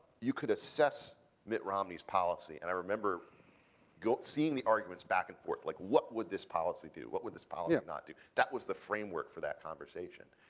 you could assess mitt romney's policy and i remember go seeing the arguments back and forth like what would this policy do? what would this policy yeah not do? that was the framework for that conversation.